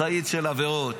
משאית של עבירות,